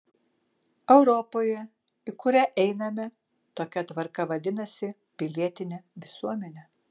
europoje į kurią einame tokia tvarka vadinasi pilietine visuomene